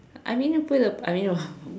I mean you put in the I mean you